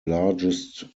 largest